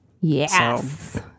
Yes